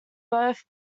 both